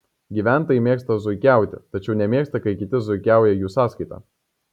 gyventojai mėgsta zuikiauti tačiau nemėgsta kai kiti zuikiauja jų sąskaita